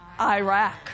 Iraq